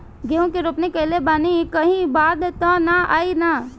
गेहूं के रोपनी कईले बानी कहीं बाढ़ त ना आई ना?